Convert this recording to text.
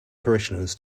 parishioners